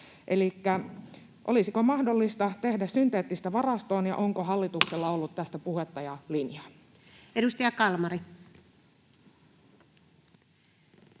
Elikkä olisiko mahdollista tehdä synteettistä varastoon, ja onko hallituksella ollut tästä puhetta ja linjaa? Edustaja Kalmari.